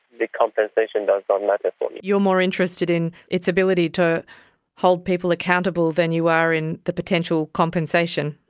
the compensation does not matter for me. you're more interested in its ability to hold people accountable than you are in the potential compensation?